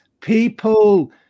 people